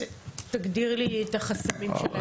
תגדיר לי את החסמים שלהם.